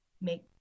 make